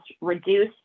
reduce